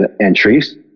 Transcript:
entries